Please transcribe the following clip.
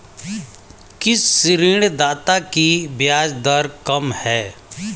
किस ऋणदाता की ब्याज दर कम है?